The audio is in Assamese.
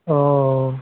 অঁ